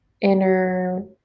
inner